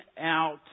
out